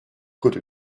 could